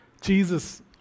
Jesus